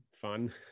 fun